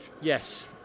Yes